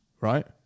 right